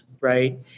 right